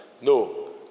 No